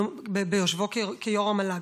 ביושבו כיו"ר המל"ג.